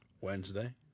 Wednesday